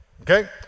Okay